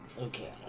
Okay